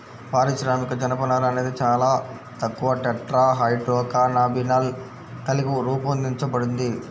పారిశ్రామిక జనపనార అనేది చాలా తక్కువ టెట్రాహైడ్రోకాన్నబినాల్ కలిగి రూపొందించబడింది